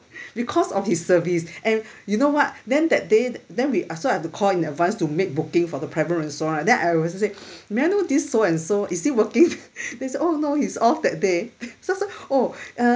because of his service and you know what then that day then we uh so I have to call in advance to make booking for the private room right then I also say may I know this so-and-so is still working there they say oh no he's off that day so I say oh uh